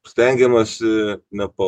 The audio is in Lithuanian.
stengiamasi ne pa